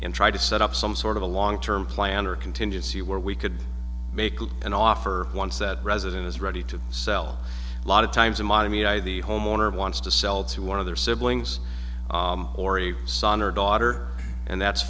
and try to set up some sort of a long term plan or contingency where we could make an offer one set resident is ready to sell a lot of times a mommy i the home owner wants to sell to one of their siblings ory son or daughter and that's